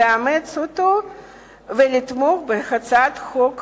לאמץ אותו ולתמוך בהצעת חוק